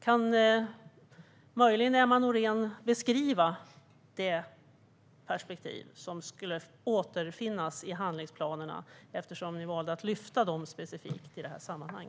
Kan möjligen Emma Nohrén beskriva det perspektiv som skulle återfinnas i handlingsplanerna, eftersom ni valde att lyfta dem specifikt i detta sammanhang?